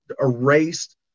erased